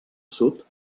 sud